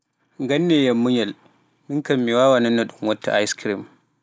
Ngannee yam munyal miin kam mi waawaa non no ɗum watta ice cream